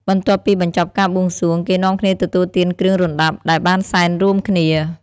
បន្ទាប់ពីបញ្ចប់ការបួងសួង គេនាំគ្នាទទួលទានគ្រឿងរណ្តាប់ដែលបានសែនរួមគ្នា។